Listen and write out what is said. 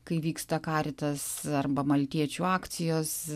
kai vyksta karitas arba maltiečių akcijos